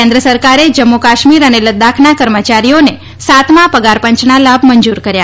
કેન્દ્ર સરકારે જમ્મુ કાશ્મિર અને લદાખના કર્મચારીઓને સાતમા પગારપંચના લાભ મંજૂર કર્યા